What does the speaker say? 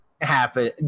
happen